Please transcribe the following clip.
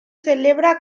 celebra